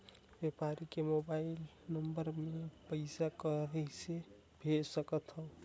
व्यापारी के mobile number मे पईसा कइसे भेज सकथव?